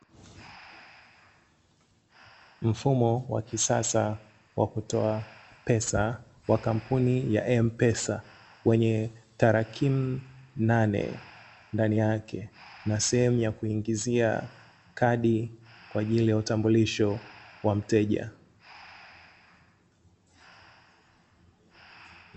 Mfumo wa kisasa wa kutoa pesa wa kampuni ya M-pesa, wenye tarakimu nane ndani yake na sehemu ya kuingizia kadi kwa ajili ya utambulisho wa mteja.